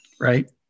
right